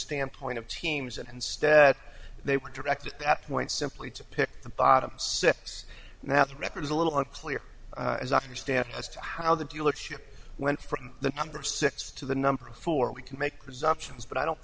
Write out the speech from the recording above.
standpoint of teams and instead they were directed at point simply to pick the bottom six now the record is a little unclear as i understand as to how the dealership went from the number six to the number four we can make presumptions but i don't